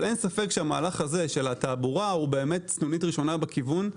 אבל אין ספק שהמהלך הזה של התעבורה הוא סנונית ראשונה בכיוון,